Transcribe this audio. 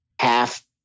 half